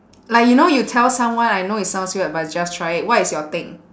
like you know you tell someone I know it sounds weird but just try it what is your thing